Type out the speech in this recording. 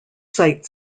sight